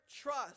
trust